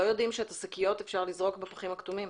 לא יודעים שאת השקיות אפשר לזרוק בפחים הכתומים.